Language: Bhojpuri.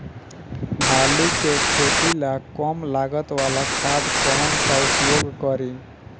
आलू के खेती ला कम लागत वाला खाद कौन सा उपयोग करी?